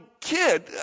kid